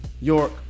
York